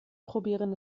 probieren